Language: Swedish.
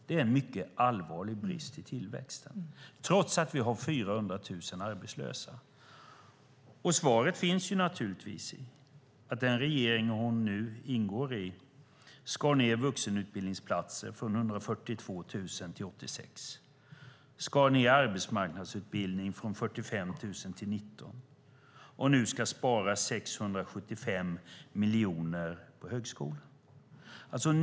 Det är en mycket allvarlig brist när det gäller tillväxten, trots att vi har 400 000 arbetslösa. Svaret är naturligtvis att den regering som hon ingår i skar ned antalet vuxenutbildningsplatser från 142 000 till 86 000, skar ned antalet platser inom arbetsmarknadsutbildningen från 45 000 till 19 000 och att man nu ska spara 675 miljoner på högskolan.